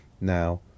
Now